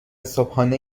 صبحانه